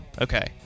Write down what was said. Okay